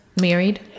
married